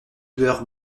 lueurs